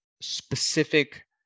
specific